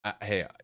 Hey